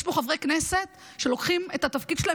יש פה חברי כנסת שלוקחים את התפקיד שלהם